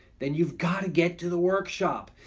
then you've got to get to the workshop.